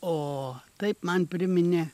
o taip man priminė